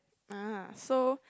ah so